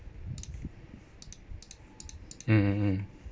mm mm mm